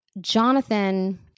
Jonathan